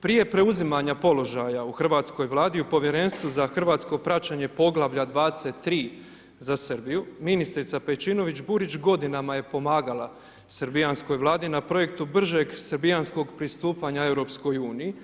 Prije preuzimanja položaja u hrvatskoj Vladi, u Povjerenstvu za hrvatsko praćenje poglavlja 23 za Srbiju, ministrica Pejćinović Burić godinama je pomagala srbijanskoj Vladi na projektu bržeg srbijanskog pristupanja EU.